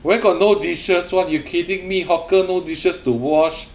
where got no dishes [one] you kidding me hawker no dishes to wash